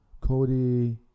Cody